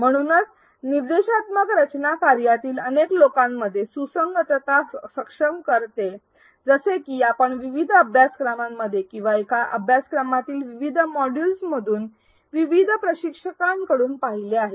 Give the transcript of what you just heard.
म्हणूनच निर्देशात्मक रचना कार्यसंघातील अनेक लोकांमध्ये सुसंगतता सक्षम करते जसे की आपण विविध अभ्यासक्रमांमध्ये किंवा एका अभ्यासक्रमातील विविध मॉड्यूल मधून विविध प्रशिक्षकांकडून पाहिले आहे